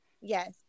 yes